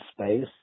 Space